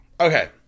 Okay